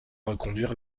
reconduire